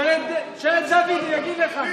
תשאל את דוד, הוא יגיד לך.